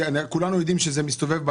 כולנו יודעים שזה מסתובב,